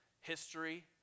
history